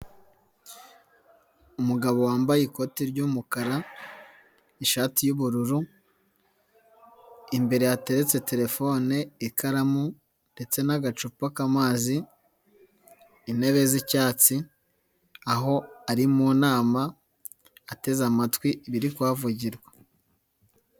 Umugabo wambaye ikoti ry'umukara, ishati y'ubururu, imbere hateretse terefone ikaramu, ndetse n'agacupa k'amazi, intebe z'icyatsi, aho ari mu nama, ateze amatwi ibiri kuhavugirwa.